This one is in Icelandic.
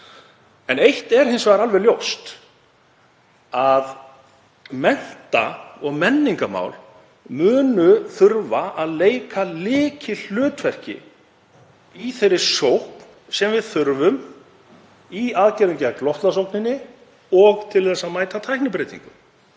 En eitt er hins vegar alveg ljóst, þ.e. að mennta- og menningarmál munu þurfa að leika lykilhlutverkið í þeirri sókn sem við þurfum í aðgerðum gegn loftslagsógninni og til þess að mæta tæknibreytingum.